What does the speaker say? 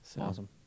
Awesome